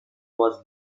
was